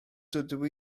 dydw